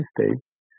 States